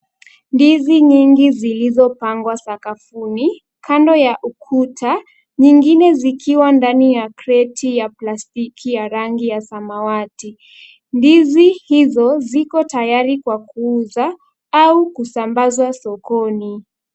Ndizi nyingi zilizopangwa sakafuni, kando ya ukuta, nyingine zikiwa ndani ya kreti ya plastiki ya rangi ya samawati. Ndizi hizo ziko tayari kwa kuuza au kusambazwa sokoni.